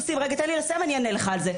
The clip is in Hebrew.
רגע, תן לי לסיים ואני אענה לך על זה.